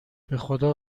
بخدا